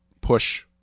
push